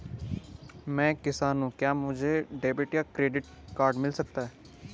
मैं एक किसान हूँ क्या मुझे डेबिट या क्रेडिट कार्ड मिल सकता है?